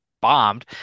bombed